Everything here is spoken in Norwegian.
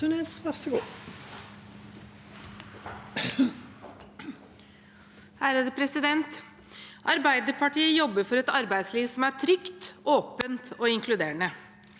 Arbeiderpartiet jobber for et arbeidsliv som er trygt, åpent og inkluderende.